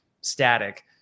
static